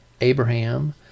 Abraham